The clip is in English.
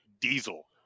diesel